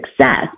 success